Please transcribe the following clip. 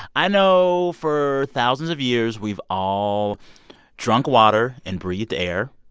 i know for thousands of years we've all drunk water and breathed air.